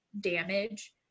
damage